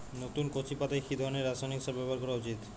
নতুন কচি পাতায় কি ধরণের রাসায়নিক সার ব্যবহার করা উচিৎ?